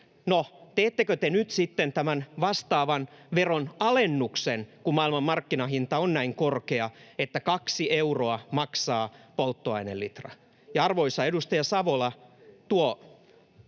teettekö te nyt sitten vastaavan veronalennuksen, kun maailmanmarkkinahinta on näin korkea, että 2 euroa maksaa polttoainelitra? Ja, arvoisa edustaja Savola, tuo